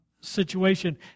situation